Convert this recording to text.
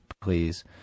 please